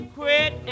quit